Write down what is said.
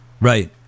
Right